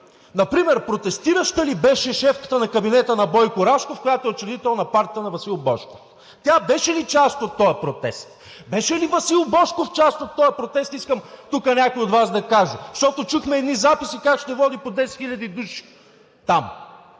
Например протестираща ли беше шефката на кабинета на Бойко Рашков, която е учредител на партията на Васил Божков? Тя беше ли част от този протест? Беше ли Васил Божков част от този протест? Искам тук някой от Вас да каже, защото чухме едни записи как ще води по 10 хиляди души там.